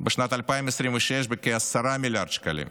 בשנת 2026, בכ-10 מיליארד שקלים,